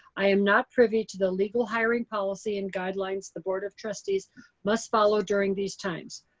i am not privy to the legal hiring policy and guidelines the board of trustees must follow during these times.